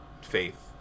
Faith